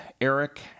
eric